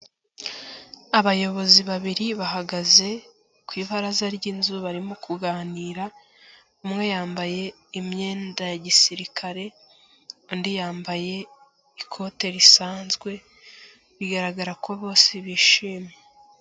Abayobozi babiri bahagaze ku ibaraza ry'inzu barimo kuganira, umwe yambaye imyenda ya gisirikare, undi yambaye ikote risanzwe, bigaragara ko bose bishimye.